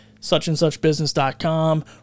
suchandsuchbusiness.com